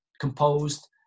composed